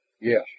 Yes